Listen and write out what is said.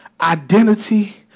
identity